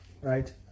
right